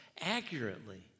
accurately